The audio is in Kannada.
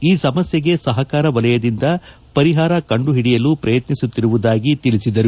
ಈ ಸಮಸ್ನೆಗೆ ಸಹಕಾರ ವಲಯದಿಂದ ಪರಿಪಾರ ಕಂಡು ಹಿಡಿಯಲು ಪ್ರಯತ್ನಿಸುತ್ತಿರುವುದಾಗಿ ಹೇಳಿದರು